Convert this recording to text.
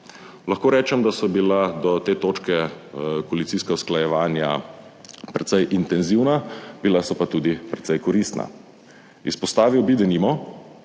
Lahko rečem, da so bila do te točke koalicijska usklajevanja precej intenzivna. Bila so pa tudi precej koristna. Izpostavil bi denimo,